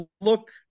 look